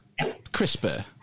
CRISPR